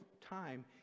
time